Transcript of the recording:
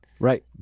Right